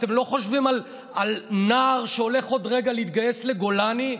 אתם לא חושבים על נער שהולך בעוד רגע להתגייס לגולני,